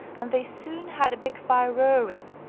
and they soon had a big fire roaring,